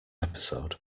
episode